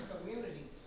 community